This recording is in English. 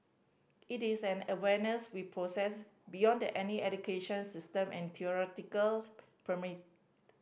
it is an awareness we process beyond any education system and theoretical